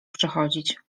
przychodzić